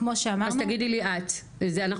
כמו שאמרנו --- אז תגידי לי את,